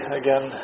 again